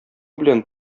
белән